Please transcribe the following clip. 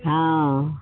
हँ